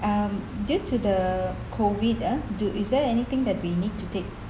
um due to the COVID ah do is there anything that we need to take